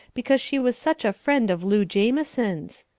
because she was such a friend of lu jamison's.